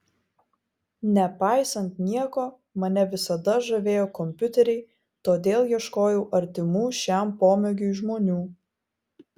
nepaisant nieko mane visada žavėjo kompiuteriai todėl ieškojau artimų šiam pomėgiui žmonių